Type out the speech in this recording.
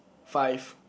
five